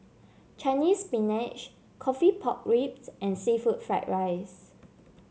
Chinese Spinach coffee Pork Ribs and seafood Fried Rice